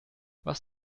was